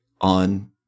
on